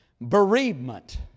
bereavement